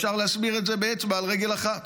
ואפשר להסדיר את זה באצבע על רגל אחת.